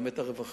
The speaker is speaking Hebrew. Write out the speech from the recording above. גם את הרווחה,